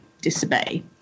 disobey